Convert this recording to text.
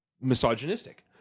misogynistic